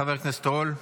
חבר כנסת רול.